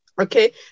Okay